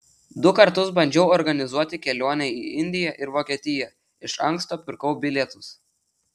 du kartus bandžiau organizuoti kelionę į indiją ir vokietiją iš anksto pirkau bilietus